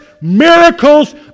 miracles